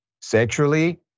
sexually